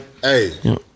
Hey